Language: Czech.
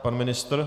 Pan ministr?